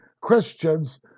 Christians